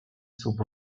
słup